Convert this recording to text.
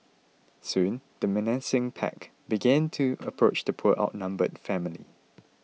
soon the menacing pack began to approach the poor outnumbered family